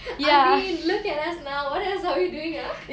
I mean look at us now what else are we doing ah